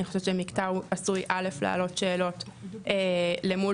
אני חושבת שמקטע הוא עשוי א' להעלות שאלות למול